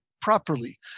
properly